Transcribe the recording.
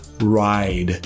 ride